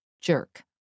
jerk